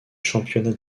championnats